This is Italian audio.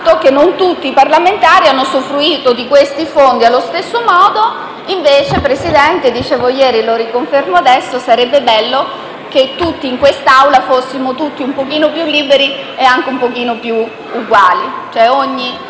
che non tutti i parlamentari hanno usufruito di questi fondi allo stesso modo e invece, signor Presidente - lo dicevo ieri e lo riconfermo adesso - sarebbe bello che in quest'Aula fossimo tutti un pochino più liberi e anche un po' più uguali,